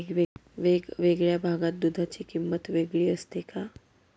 वेगवेगळ्या भागात दूधाची किंमत वेगळी असते का?